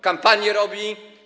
Kampanię robi?